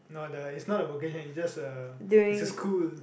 no the is not the working hand it's just a is a school